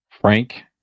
Frank